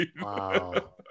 Wow